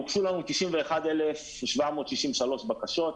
הוגשו 91,763 בקשות.